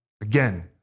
Again